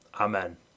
Amen